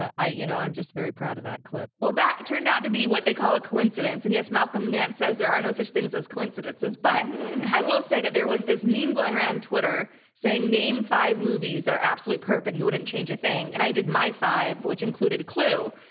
you know, i'm just very proud of that clip. well, that turned out to be what they call a coincidence, and yes, malcolm nance says there are no such things as coincidences, but i will say that there was this meme going around twitter saying name five movies that are absolute perfect and you wouldn't change a thing, and i did my five, which included clue.